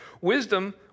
wisdom